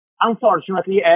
Unfortunately